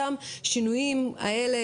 אותם השינויים האלה,